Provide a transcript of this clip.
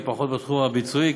פחות בתחום הביצועי,